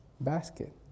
basket